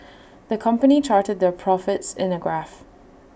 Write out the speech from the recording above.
the company charted their profits in A graph